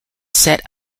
set